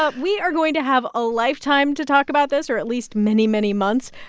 ah we are going to have a lifetime to talk about this, or at least many, many months.